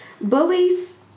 bullies